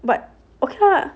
but okay lah